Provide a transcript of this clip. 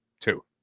two